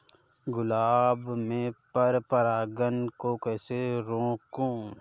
गुलाब में पर परागन को कैसे रोकुं?